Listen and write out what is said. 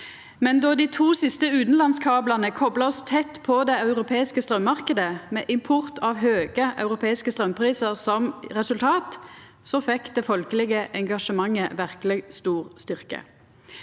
men då dei to siste utanlandskablane kopla oss tett på den europeiske straummarknaden, med import av høge europeiske straumprisar som resultat, fekk det folkelege engasjementet verkeleg stor styrke.